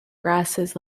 grasses